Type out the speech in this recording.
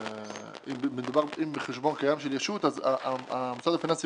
אם זה חשבון קיים של ישות אז המושב הפיננסי